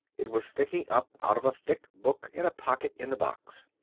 it was sticking up out of a thick book in a pocket in the box.